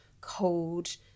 cold